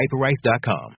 hyperrice.com